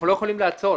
אנחנו לא יכולים לעצור,